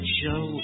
show